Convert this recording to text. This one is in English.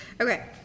okay